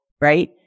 right